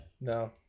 No